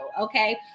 okay